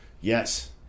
Yes